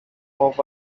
hope